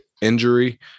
injury